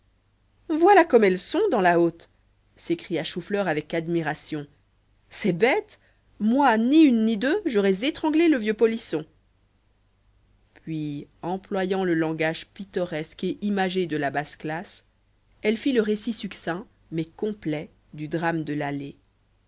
voilà comme elles sont dans la haute s'écria chou fleur avec admiration c'est bête moi ni une ni deux j'aurais étranglé le vieux polisson puis employant le langage pittoresque et imagé de la basse classe elle fit le récit succinct mais complet du drame de l'allée